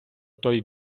той